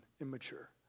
immature